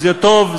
זה טוב,